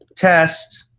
test.